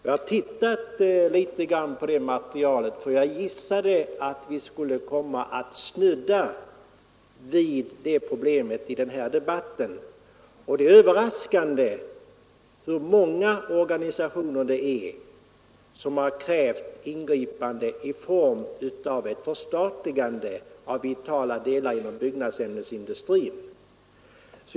Jag har tittat litet på det materialet för jag gissade att vi skulle komma att snudda vid det problemet i denna debatt. Det är överraskande hur många organisationer som har krävt ingripande i form av ett förstatligande av vitala delar av byggnadsämnesindustrin.